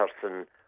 person